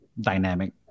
dynamic